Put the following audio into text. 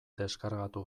deskargatu